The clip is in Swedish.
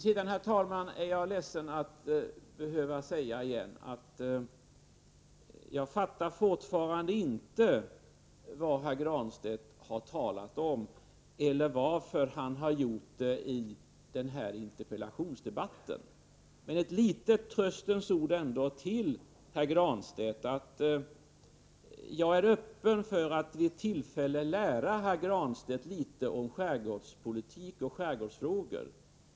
Sedan, herr talman, är jag ledsen att behöva säga igen att jag fortfarande inte fattar vad herr Granstedt har talat om eller varför han har gjort det i den här interpellationsdebatten. Men ett litet tröstens ord ändå till Pär Granstedt: Jag är öppen för att vid tillfälle lära herr Granstedt litet om skärgårdspolitik och skärgårdsfrågor.